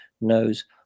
knows